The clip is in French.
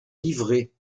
livrée